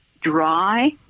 dry